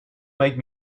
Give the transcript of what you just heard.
make